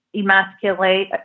emasculate